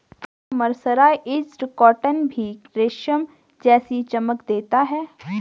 क्या mercerised cotton भी रेशम जैसी चमक देता है?